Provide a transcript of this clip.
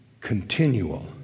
continual